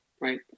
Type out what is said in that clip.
right